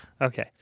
Okay